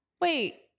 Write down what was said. Wait